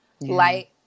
light